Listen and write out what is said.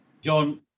John